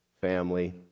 family